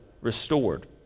restored